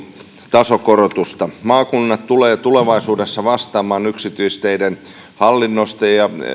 tasokorotusta maakunnat tulevat tulevaisuudessa vastaamaan yksityisteiden hallinnosta ja